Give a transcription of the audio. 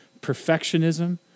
perfectionism